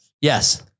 Yes